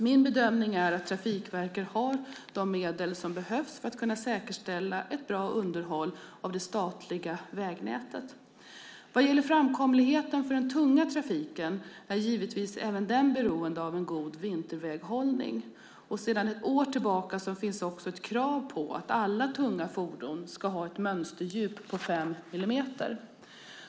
Min bedömning är att Trafikverket har de medel som behövs för att kunna säkerställa ett bra underhåll av det statliga vägnätet. Vad gäller framkomligheten för den tunga trafiken är givetvis även den beroende av en god vinterväghållning. Sedan ett år tillbaka finns också ett krav på att alla tunga fordon ska ha ett mönsterdjup på fem millimeter.